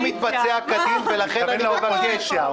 הוא לא מתבצע כדין ולכן אני מבקש לא